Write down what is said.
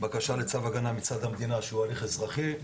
בקשה לצו הגנה מצד המדינה שהוא הליך אזרחי,